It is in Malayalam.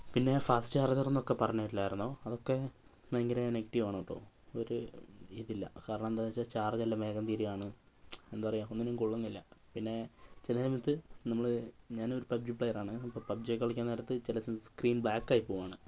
പിന്നെ ഫാസ്റ്റ് ചാർജറെന്നൊക്കെ പറഞ്ഞില്ലായിരുന്നോ അതൊക്കെ ഭയങ്കര നെഗറ്റീവാണോ അപ്പോൾ ഒരു ഇതില്ല കാരണം എന്താണെന്ന് വച്ചാൽ ചാർജെല്ലാം വേഗം തീരുകയാണ് എന്താ പറയുക ഒന്നിനും കൊള്ളുന്നില്ല പിന്നേ ചില സമയത്ത് നമ്മൾ ഞാനൊരു പബ്ജി പ്ലേയറാണ് അപ്പം പബ്ജിയൊക്കെ കളിക്കാൻ നേരത്ത് ചില സമയം സ്ക്രീൻ ബ്ലാക്കായി പോവുകയാണ്